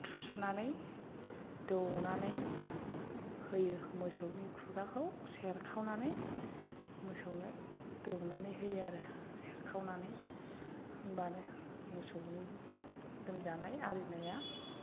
थुसोनानै दौनानै होयो मोसौनि खुगाखौ सेरखावनानै मोसौनो दौनानै होयो आरो सेरखावनानै होनबानो मोसौनि लोमजानाय आरिनाया